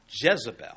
Jezebel